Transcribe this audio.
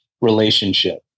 relationship